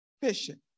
fishing